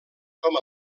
com